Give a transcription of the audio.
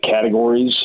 categories